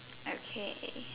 okay